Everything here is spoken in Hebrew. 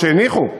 או הניחו,